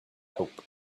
hope